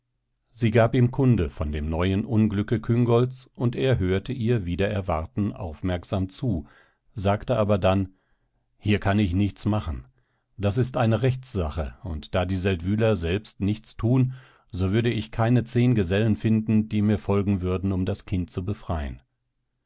sie gab ihm kunde von dem neuen unglücke küngolts und er hörte ihr wider erwarten aufmerksam zu sagte aber dann hier kann ich nichts machen das ist eine rechtssache und da die seldwyler selbst nichts tun so würde ich keine zehn gesellen finden die mir folgen würden um das kind zu befreien